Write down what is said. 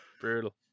brutal